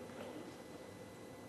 גברתי השרה, חברי הכנסת,